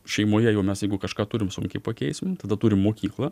šeimoje jau mes jeigu kažką turim sunkiai pakeisim tada turim mokyklą